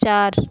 চার